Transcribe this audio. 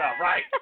right